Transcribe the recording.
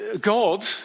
God